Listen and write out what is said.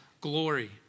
glory